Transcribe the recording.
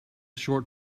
short